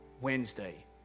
Wednesday